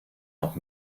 noch